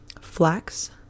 flax